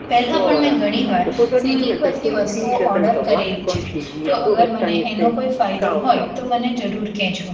પહેલાં પણ મેં ઘણીવાર સ્વીગી પરથી વસ્તુઓ ઓડર કરેલી છે તો અગર મને એનો કોઈ ફાયદો હોય તો મને જરૂર કહેજો